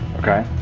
okay.